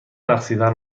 رقصیدن